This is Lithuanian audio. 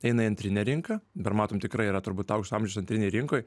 eina į antrinę rinką dabar matom tikrai yra turbūt aukso amžių antrinėj rinkoj